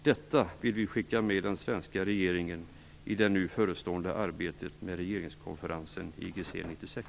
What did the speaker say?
Detta vill vi skicka med den svenska regeringen i det nu förestående arbetet med regeringskonferensen IGC 96.